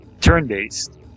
turn-based